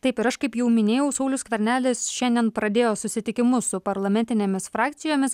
taip ir aš kaip jau minėjau saulius skvernelis šiandien pradėjo susitikimus su parlamentinėmis frakcijomis